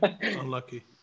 Unlucky